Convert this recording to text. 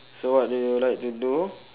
so what do you like to do